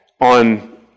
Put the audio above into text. on